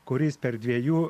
kuris per dviejų